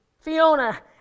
Fiona